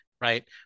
Right